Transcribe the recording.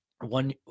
one